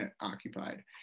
occupied